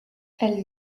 elle